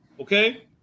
Okay